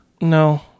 No